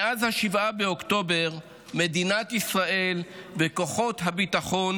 מאז 7 באוקטובר מדינת ישראל וכוחות הביטחון